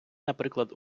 наприклад